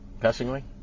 passingly